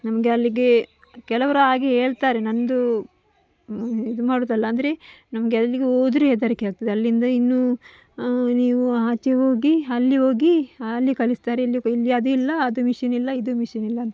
ನಮಗೆ ಅಲ್ಲಿಗೆ ಕೆಲವರು ಹಾಗೇ ಹೇಳ್ತಾರೆ ನನ್ನದು ಇದು ಮಾಡುವುದಲ್ಲ ಅಂದರೆ ನಮಗೆ ಅಲ್ಲಿಗೆ ಹೋದ್ರೆ ಹೆದರಿಕೆ ಆಗ್ತದೆ ಅಲ್ಲಿಂದ ಇನ್ನು ನೀವು ಆಚೆ ಹೋಗಿ ಅಲ್ಲಿ ಹೋಗಿ ಅಲ್ಲಿ ಕಲಿಸ್ತಾರೆ ಇಲ್ಲಿ ಇಲ್ಲಿ ಅದಿಲ್ಲ ಅದು ಮಿಷಿನ್ನಿಲ್ಲ ಇದು ಮಿಷಿನ್ನಿಲ್ಲ ಅಂತ